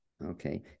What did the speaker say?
Okay